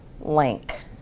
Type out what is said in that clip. Link